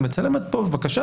היא מצלמת פה; בבקשה,